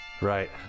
right